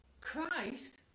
Christ